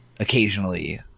occasionally